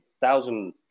thousand